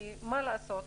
כי מה לעשות,